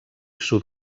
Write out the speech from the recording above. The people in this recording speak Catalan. sud